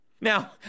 Now